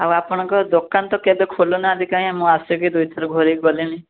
ଆଉ ଆପଣଙ୍କ ଦୋକାନ ତ କେବେ ଖୋଲୁ ନାହାଁନ୍ତି କାଇଁ ମୁଁ ଆସିକି ଦୁଇଥର ଘୁରିକି ଗଲିଣି